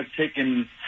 taken